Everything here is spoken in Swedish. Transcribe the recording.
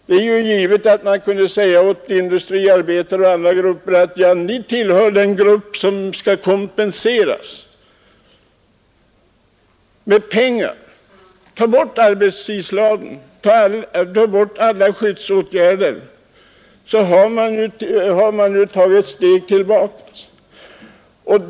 Det är givet att man kan säga åt industriarbetare och andra grupper: Ni tillhör den grupp som skall kompenseras med pengar. Tag bort arbetstidslagen! Tag bort alla skyddsåtgärder! Då har man tagit ett steg tillbaka.